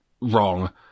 wrong